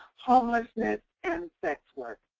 homelessness, and sex work.